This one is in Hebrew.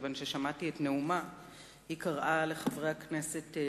מכיוון ששמעתי את נאומה שבו היא קראה לחברי הכנסת,